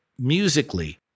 musically